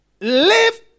live